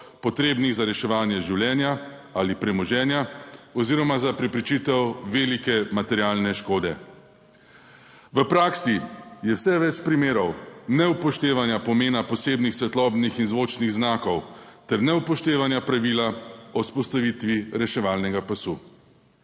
potrebnih za reševanje življenja ali premoženja oziroma za preprečitev velike materialne škode. V praksi je vse več primerov neupoštevanja pomena posebnih svetlobnih in zvočnih znakov ter neupoštevanja pravila o vzpostavitvi reševalnega pasu.